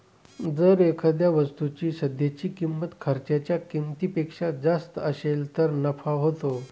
जर एखाद्या वस्तूची सध्याची किंमत खर्चाच्या किमतीपेक्षा जास्त असेल तर नफा होतो